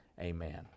amen